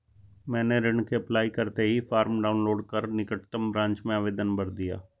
मैंने ऋण के अप्लाई करते ही फार्म डाऊनलोड कर निकटम ब्रांच में आवेदन भर दिया